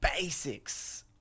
basics